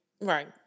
Right